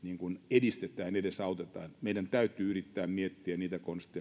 edistetään edesautetaan tavallaan vielä suosituksenomaisesti meidän täytyy yrittää miettiä niitä konsteja millä